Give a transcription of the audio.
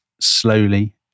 slowly